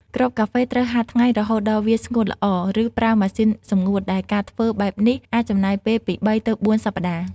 គ្រាប់កាហ្វេត្រូវហាលថ្ងៃរហូតដល់វាស្ងួតល្អ ឬប្រើម៉ាស៊ីនសម្ងួត ដែលការធ្វើបែបនេះអាចចំណាយពេលពី ២ ទៅ ៤ សប្ដាហ៍។